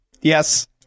Yes